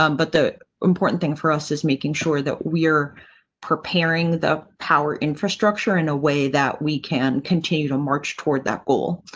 um but the important thing for us is making sure that we are preparing the power infrastructure in a way that we can continue to march toward that goal.